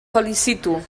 felicito